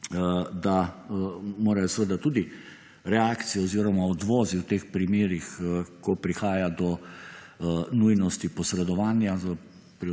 da mora seveda tudi reakcija oziroma odvozi v teh primerih, ko prihaja do nujnosti posredovanja